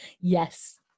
Yes